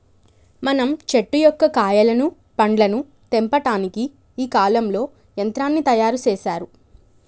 మనం చెట్టు యొక్క కాయలను పండ్లను తెంపటానికి ఈ కాలంలో యంత్రాన్ని తయారు సేసారు